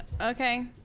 Okay